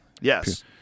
yes